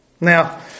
Now